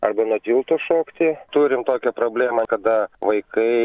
arba nuo tilto šokti turim tokią problemą kada vaikai